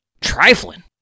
trifling